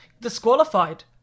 Disqualified